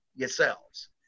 yourselves